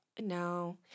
No